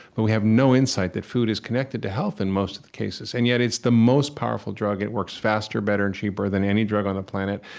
but we have no insight that food is connected to health in most cases. and yet it's the most powerful drug, and it works faster, better, and cheaper than any drug on the planet.